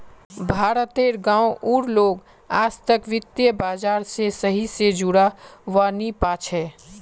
भारत तेर गांव उर लोग आजतक वित्त बाजार से सही से जुड़ा वा नहीं पा छे